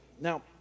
Now